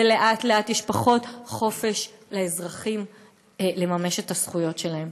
ולאט-לאט יש פחות חופש לאזרחים לממש את הזכויות שלהם.